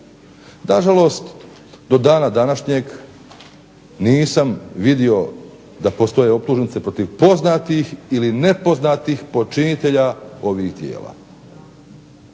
Nažalost, do dana današnjeg nisam vidio da postoje optužnice protiv poznatih ili nepoznatih počinitelja ovih djela.